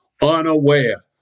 Unaware